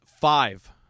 five